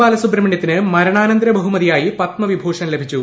ബാലസുബ്രഹ്മണ്യത്തിനു മരണാനന്തര ബഹുമതിയായി പത്മവിഭൂഷൺ ലഭിച്ചു